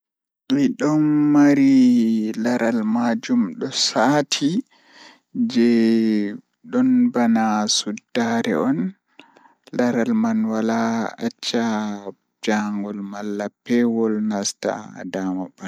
Kala mo mauni fuu handi ɓe wiya nasti nder siyaasa Eyi, ko fii taƴi ɓe foti yimɓe ɗe ngoni e nder ndiyam politique. Ɓuri ko waɗde, ɓe waawi sosde e ngoodi e heɓugol farɗe e nder caɗeele.